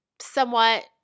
somewhat